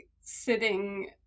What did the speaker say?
sitting